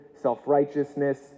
self-righteousness